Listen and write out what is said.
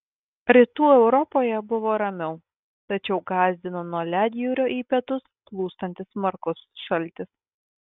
rytų europoje buvo ramiau tačiau gąsdino nuo ledjūrio į pietus plūstantis smarkus šaltis